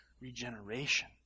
regeneration